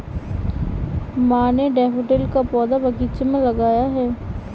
माँ ने डैफ़ोडिल का पौधा बगीचे में लगाया है